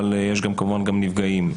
אבל יש כמובן גם נפגעים,